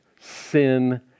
sin